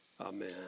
Amen